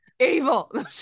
evil